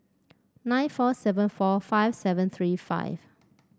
nine four seven four five seven three five